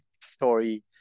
story